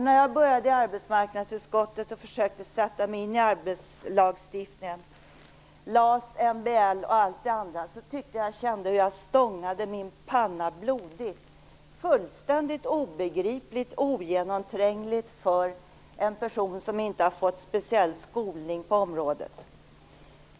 När jag började i arbetsmarknadsutskottet och försökte sätta mig in i arbetslagstiftningen - LAS, MBL och allt det andra - tyckte jag att det kändes hur jag stångade min panna blodig. Det är fullständigt obegripligt och ogenomträngligt för en person som inte har fått speciell skolning på området.